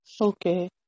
Okay